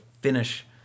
finish